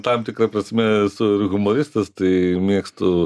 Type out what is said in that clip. tam tikra prasme esu ir humoristas tai mėgstu